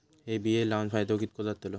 हे बिये लाऊन फायदो कितको जातलो?